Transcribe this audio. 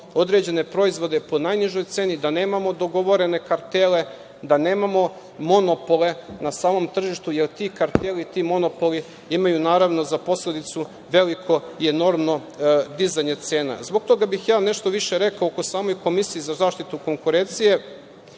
određene proizvode po najnižoj ceni, da nemamo dogovorene kartele, da nemamo monopole na samom tržištu, jer ti karteli, ti monopoli imaju naravno za posledicu veliko i enormno dizanje cena. Zbog toga bih ja nešto više rekao o samoj Komisiji za zaštitu konkurencije